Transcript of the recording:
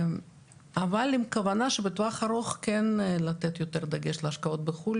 אבל עם כוונה שבטווח הארוך כן לתת יותר דגש להשקעות בחו"ל,